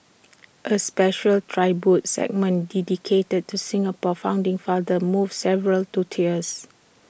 A special tribute segment dedicated to Singapore's founding father moved several to tears